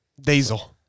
Diesel